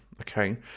Okay